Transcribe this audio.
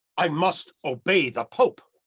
i must obey the pope.